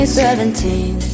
seventeen